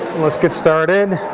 let's get started.